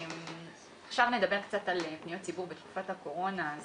נדבר על פניות ציבור בתקופת הקורונה.